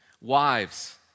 Wives